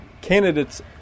Candidates